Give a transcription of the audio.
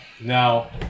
Now